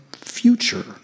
future